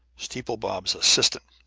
steeple bob's assistant,